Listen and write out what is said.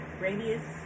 radius